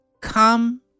come